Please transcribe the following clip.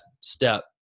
step